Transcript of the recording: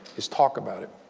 is talk about it.